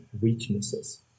weaknesses